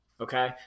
okay